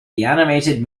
animated